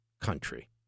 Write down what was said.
country